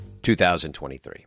2023